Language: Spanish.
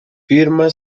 firma